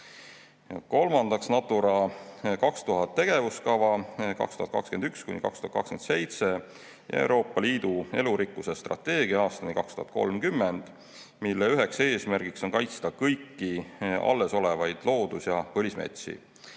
Kolmandaks, Natura 2000 tegevuskava 2021–2027 ja Euroopa Liidu elurikkuse strateegia aastani 2030 üks eesmärk on kaitsta kõiki alles olevaid loodus‑ ja põlismetsi.